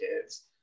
kids